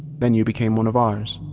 then you became one of ours.